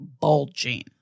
bulging